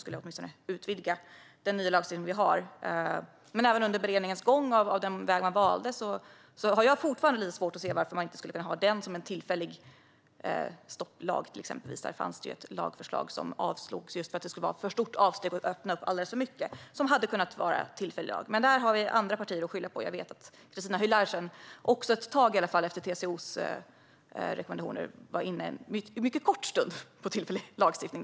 Då hade den nya lagstiftning som vi nu har kunnat utvidgas. Men trots beredningens gång och den väg som valdes har jag fortfarande lite svårt att se varför man inte kunde ha det här som till exempel en tillfällig stopplag. Det fanns ju ett lagförslag, som dock avslogs eftersom avsteget hade blivit för stort och det hade öppnat upp alldeles för mycket. Det hade kunnat vara en tillfällig lag. I det fallet kan vi skylla på andra partier. Jag vet ju att Christina Höj Larsen ett kort tag och efter TCO:s rekommendationer var inne på tillfällig lagstiftning.